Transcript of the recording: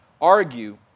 argue